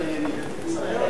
תודה רבה,